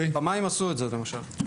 במים עשו את זה, למשל.